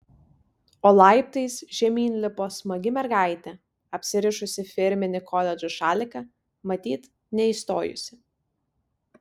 o laiptais žemyn lipo smagi mergaitė apsirišusi firminį koledžo šaliką matyt neįstojusi